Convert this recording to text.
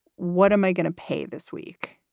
what am i going to pay this week?